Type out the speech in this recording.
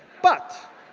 but